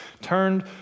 turned